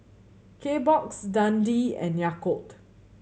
Kbox Dundee and Yakult